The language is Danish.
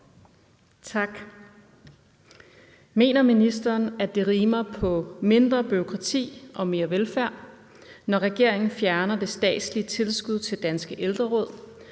(DD): Mener ministeren, at det rimer på mindre bureaukrati og mere velfærd, når regeringen fjerner det statslige tilskud til Danske Ældreråd